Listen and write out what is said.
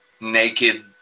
Naked